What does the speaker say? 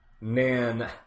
Nan